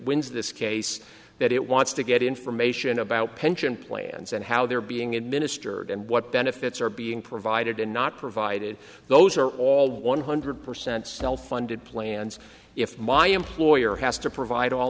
wins this case that it wants to get information about pension plans and how they're being administered and what benefits are being provided and not provided those are all one hundred percent self funded plans if my employer has to provide all